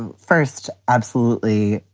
and first. absolutely.